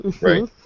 Right